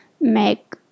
make